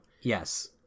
Yes